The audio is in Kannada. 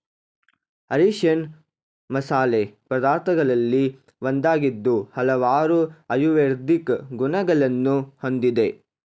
ಅರಿಶಿಣ ಮಸಾಲೆ ಪದಾರ್ಥಗಳಲ್ಲಿ ಒಂದಾಗಿದ್ದು ಹಲವಾರು ಆಯುರ್ವೇದಿಕ್ ಗುಣಗಳನ್ನು ಹೊಂದಿದೆ